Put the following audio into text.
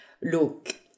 Look